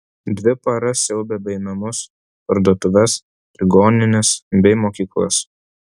dvi paras siaubė bei namus parduotuves ligonines bei mokyklas